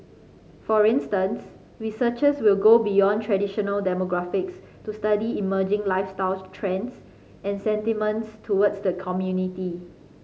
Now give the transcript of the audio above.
for instance researchers will go beyond traditional demographics to study emerging lifestyle trends and sentiments towards the community